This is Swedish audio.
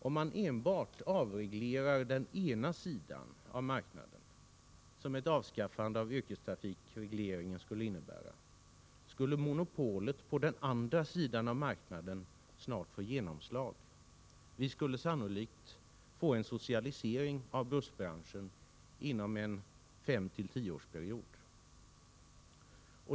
Om man enbart avreglerar den ena sidan av marknaden, som ett avskaffande av yrkestrafikregleringen skulle innebära, skulle monopolet på den andra sidan av marknaden snart få genomslag. Vi skulle sannolikt få en socialisering av bussbranschen inom en femtill tioårsperiod.